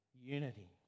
unity